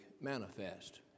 manifest